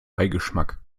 beigeschmack